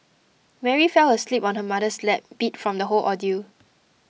Mary fell asleep on her mother's lap beat from the whole ordeal